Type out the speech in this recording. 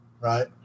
right